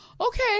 Okay